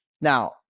Now